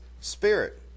Spirit